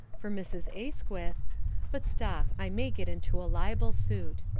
for mrs. asquith but stop, i may get into a libel suit.